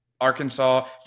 Arkansas